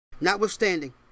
Notwithstanding